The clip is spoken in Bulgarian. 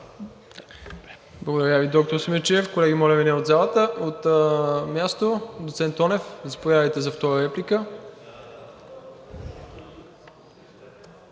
Благодаря Ви, доктор Симидчиев. Колеги, моля Ви, не от залата, от място! Доцент Тонев, заповядайте за втора реплика.